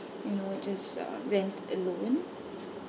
you know just uh rent alone